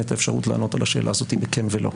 את האפשרות לענות על השאלה הזאת בכן ולא.